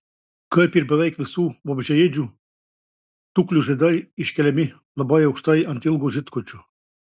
kaip ir beveik visų vabzdžiaėdžių tuklių žiedai iškeliami labai aukštai ant ilgo žiedkočio